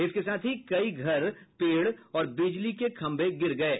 इसके साथ ही कई घर पेड़ और बिजली के खम्मे गिर गये